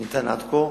שניתן עד כה,